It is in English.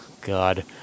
God